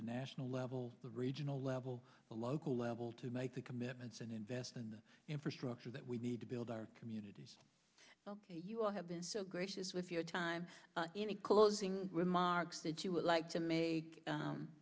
the national level the regional level the local level to make the commitments and invest in infrastructure that we need to build our communities you all have been so gracious with your time any closing remarks that you would like to make